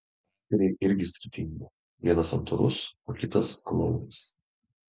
šių charakteriai irgi skirtingi vienas santūrus o kitas klounas